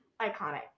iconic